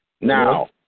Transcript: Now